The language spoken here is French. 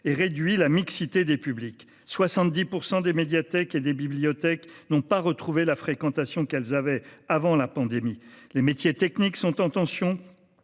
de réduire la mixité des publics. Ainsi, 70 % des médiathèques et des bibliothèques n'ont pas retrouvé la fréquentation antérieure à la pandémie. Les métiers techniques sont en tension.